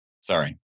Sorry